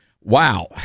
Wow